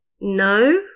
No